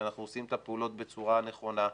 שאנחנו עושים את הפעולות בצורה נכונה.